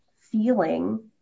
feeling